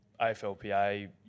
aflpa